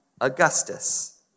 Augustus